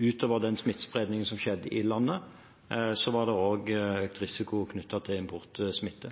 Utover den smittespredningen som skjedde i landet, var det risiko knyttet til